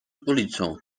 ulicą